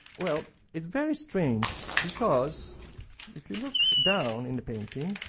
well, it's very strange because if you look down in the painting,